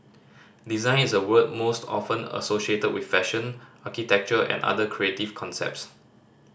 design is a word most often associated with fashion architecture and other creative concepts